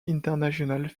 international